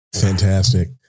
Fantastic